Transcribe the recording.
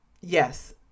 Yes